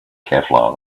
kevlar